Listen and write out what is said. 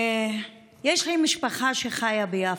יש לי משפחה שחיה ביפו.